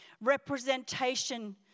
representation